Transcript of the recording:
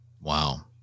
Wow